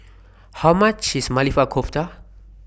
How much IS Maili Kofta